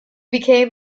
became